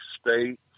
state